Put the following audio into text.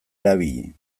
erabili